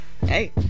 hey